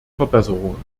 verbesserungen